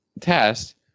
test